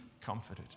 comforted